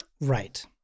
Right